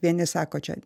vieni sako čia